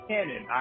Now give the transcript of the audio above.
Cannon